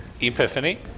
Epiphany